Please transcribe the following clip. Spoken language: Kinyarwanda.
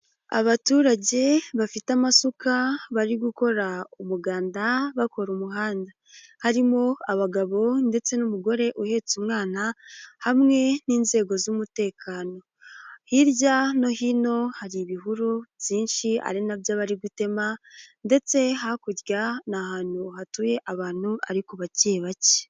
Abaturage bafite amasuka bari gukora umuganda bakora umuhanda, harimo abagabo ndetse n'umugore uhetse umwana, hamwe n'inzego z'umutekano. Hirya no hino hari ibihuru byinshi ari nabyo bari gutema ndetse hakurya ni ahantu hatuye abantu ariko bake bake.